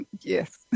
yes